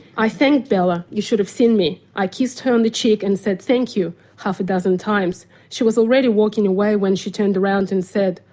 i thanked bella, you should have seen me, i kissed her on the cheek and said thank you half-a-dozen times. she was already walking away when she turned around and said,